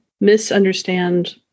misunderstand